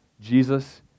Jesus